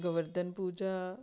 Govardhan Puja